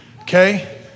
okay